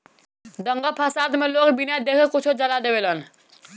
दंगा फसाद मे लोग बिना देखे कुछो जला देवेलन